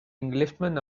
englishman